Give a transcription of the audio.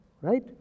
right